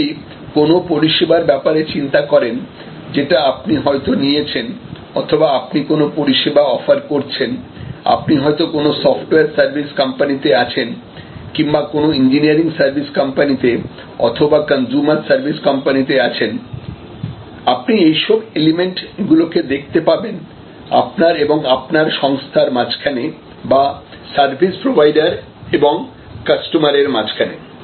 আপনি যদি কোন পরিষেবার ব্যাপারে চিন্তা করেন যেটা আপনি হয়তো নিয়েছেন অথবা আপনি কোন পরিষেবা অফার করছেন আপনি হয়তো কোন সফটওয়্যার সার্ভিস কোম্পানিতে আছেন কিংবা কোন ইঞ্জিনিয়ারিং সার্ভিস কোম্পানিতে অথবা কনজ্যুমার সার্ভিস কোম্পানিতে আছেন আপনি এইসব এলিমেন্ট গুলোকে দেখতে পাবেন আপনার এবং আপনার সংস্থার মাঝখানে বা সার্ভিস প্রোভাইডার এবং কাস্টমার এর মাঝখানে